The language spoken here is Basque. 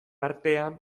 artean